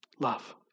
Love